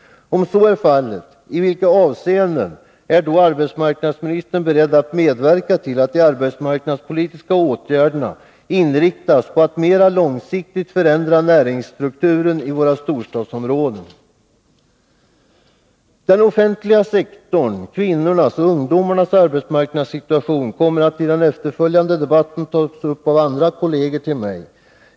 Om så är fallet, vill jag fråga: I vilka avseenden är arbetsmarknadsministern beredd att medverka till att de arbetsmarknadspolitiska åtgärderna inriktas på en mera långsiktig förändring av näringsstrukturen i våra storstadsområden? Den offentliga sektorns, kvinnornas och ungdomarnas arbetsmarknadssituation kommer i den efterföljande debatten att beröras av några kolleger till mig.